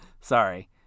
Sorry